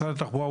משרד התחבורה,